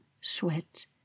sweat